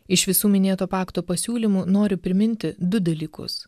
iš visų minėto pakto pasiūlymų noriu priminti du dalykus